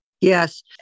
yes